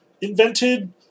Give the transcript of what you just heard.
invented